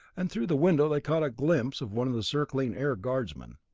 and through the window they caught a glimpse of one of the circling air guardsmen.